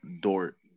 Dort